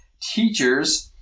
teachers